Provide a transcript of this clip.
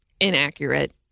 inaccurate